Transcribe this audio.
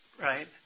right